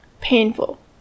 painful